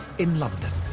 in london.